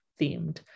themed